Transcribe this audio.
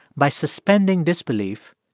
by suspending disbelief,